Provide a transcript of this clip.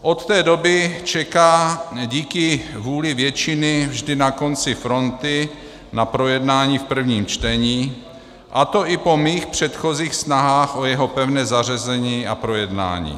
Od té doby čeká díky vůli většiny vždy na konci fronty na projednání v prvním čtení, a to i po mých předchozích snahách o jeho pevné zařazení a projednání.